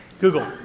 Google